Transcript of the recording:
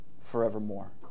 forevermore